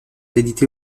édités